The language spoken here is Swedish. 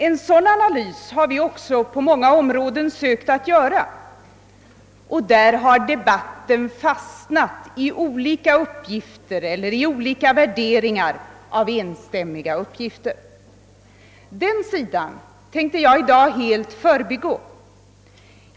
En sådan analys har vi också försökt göra på många områden, men där har debatten fastnat i olika uppgifter eller olika värderingar av enstämmiga uppgifter. Den sidan av saken tänker jag i dag helt förbigå.